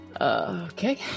okay